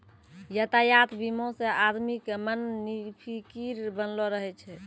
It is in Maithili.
यातायात बीमा से आदमी के मन निफिकीर बनलो रहै छै